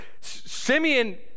Simeon